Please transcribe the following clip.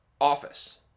office